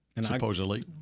Supposedly